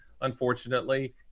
unfortunately